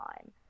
time